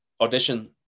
audition